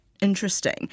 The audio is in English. interesting